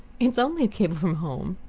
it's only a cable from home.